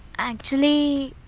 actually,